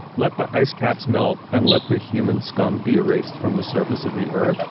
let the ice caps melt and let the human scum be erased from the surface of the earth.